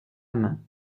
main